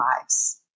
lives